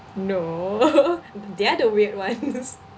no they are the weird ones